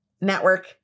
network